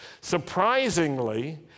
Surprisingly